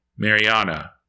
Mariana